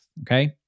okay